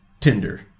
tinder